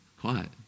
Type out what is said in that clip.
Quiet